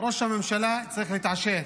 ראש הממשלה צריך להתעשת